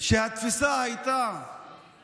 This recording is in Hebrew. שהתפיסה הייתה